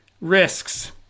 risks